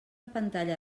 pantalla